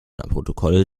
protokolle